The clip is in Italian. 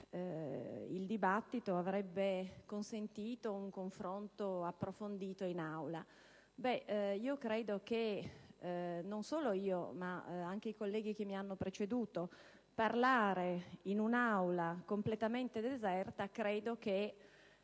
il dibattito avrebbe consentito un confronto approfondito in Aula. Ebbene, io credo che - non solo io, ma anche i colleghi che mi hanno preceduto - parlando in un'Aula completamente deserta sia